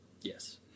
Yes